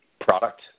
product